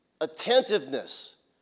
Attentiveness